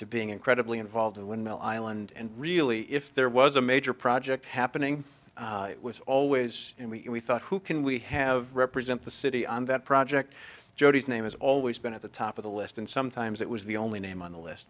to being incredibly involved and when mel island and really if there was a major project happening it was always we thought who can we have represent the city on that project jodi's name has always been at the top of the list and sometimes it was the only name on the list